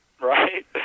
Right